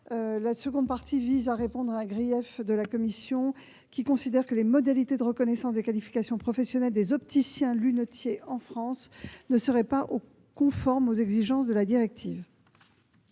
a pour objet de répondre à un grief de la Commission européenne qui considère que les modalités de reconnaissance des qualifications professionnelles des opticiens-lunetiers en France ne seraient pas conformes aux exigences de la directive.